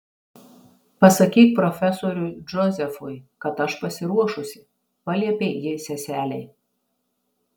pasakyk profesoriui džozefui kad aš pasiruošusi paliepė ji seselei